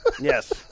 yes